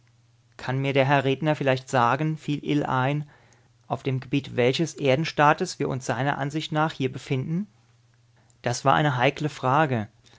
kann mir der herr redner vielleicht sagen fiel ill ein auf dem gebiet welches erdenstaates wir uns seiner ansicht nach hier befinden das war eine heikle frage